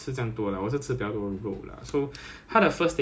丰富 being 丰富 like doesn't mean that it will taste nice